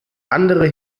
andere